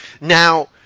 Now